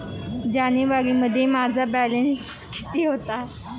जानेवारीमध्ये माझा बॅलन्स किती होता?